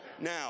now